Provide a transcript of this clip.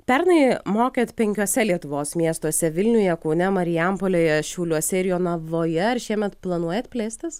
pernai mokėt penkiuose lietuvos miestuose vilniuje kaune marijampolėje šiauliuose ir jonavoje ar šiemet planuojat plėstis